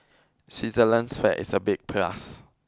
Switzerland's flag is a big plus